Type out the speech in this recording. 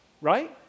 Right